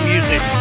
Music